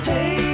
Hey